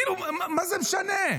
כאילו, מה זה משנה?